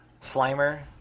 Slimer